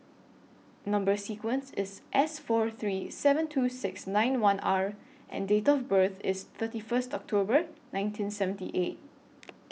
Number sequence IS S four three seven two six nine one R and Date of birth IS thirty First October nineteen seventy eight